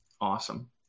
Awesome